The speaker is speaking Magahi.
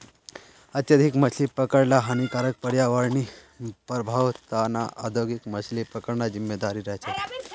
अत्यधिक मछली पकड़ ल हानिकारक पर्यावरणीय प्रभाउर त न औद्योगिक मछली पकड़ना जिम्मेदार रह छेक